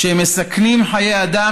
כשהם מסכנים חיי אדם,